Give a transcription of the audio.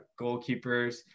goalkeepers